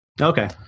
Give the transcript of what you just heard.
Okay